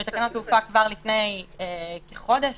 לפני כחודש